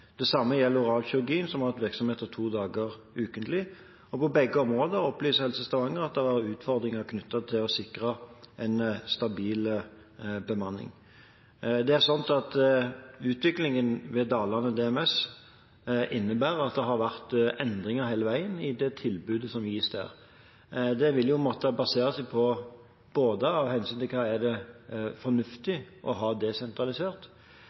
Det samme gjelder oralkirurgien, som har hatt virksomhet to dager ukentlig. På begge områdene opplyser Helse Stavanger at det er utfordringer knyttet til å sikre en stabil bemanning. Det er sant at utviklingen ved Dalane DMS innebærer at det har vært endringer hele veien i det tilbudet, som vist her. Det vil jo måtte basere seg på både hva som er fornuftig å ha desentralisert,